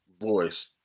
voice